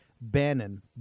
Bannon